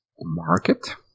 market